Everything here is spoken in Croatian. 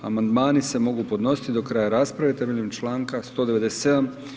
Amandmani se mogu podnositi do kraja rasprave temeljem čl. 197.